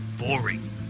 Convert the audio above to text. boring